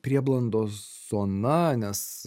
prieblandos zona nes